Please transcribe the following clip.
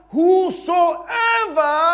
whosoever